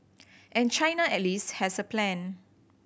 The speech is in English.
and China at least has a plan